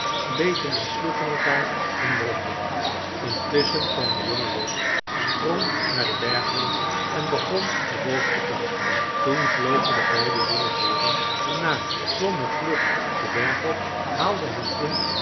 beten en sloegen elkaar en bromden intusschen kwam de jongen los sprong naar den bergwand en begon naar boven te klauteren toen vlogen de beide jonge beren hem na klommen vlug den berg op haalden hem in